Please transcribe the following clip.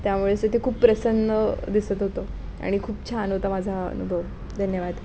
त्यामुळे असे ते खूप प्रसन्न दिसत होतं आणि खूप छान होता माझा अनुभव धन्यवाद